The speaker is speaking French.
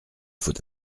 faut